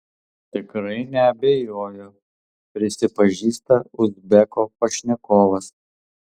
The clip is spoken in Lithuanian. tikrai neabejoju prisipažįsta uzbeko pašnekovas